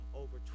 over